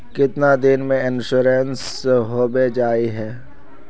कीतना दिन में इंश्योरेंस होबे जाए है?